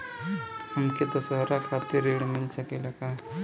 हमके दशहारा खातिर ऋण मिल सकेला का?